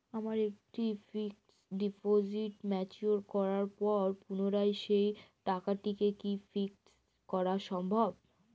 আমার একটি fixed deposit mature করার পর পুনরায় সেই টাকাটিকে কি ফিক্সড করা সম্ভব?